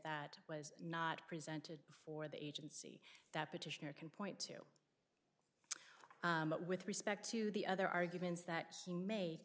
that was not presented before the agency that petitioner can point to but with respect to the other arguments that seem ma